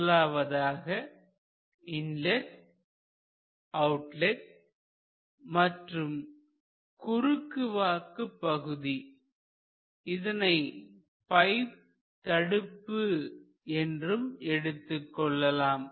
முதலாவதாக inlet outlet மற்றும் குறுக்கு வாக்கு பகுதி இதனை பைப் தடுப்பு என்றும் எடுத்துக் கொள்ளலாம்